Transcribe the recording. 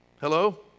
Hello